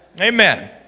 Amen